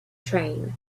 train